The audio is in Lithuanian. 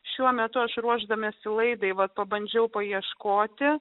šiuo metu aš ruošdamiesi laidai vat pabandžiau paieškoti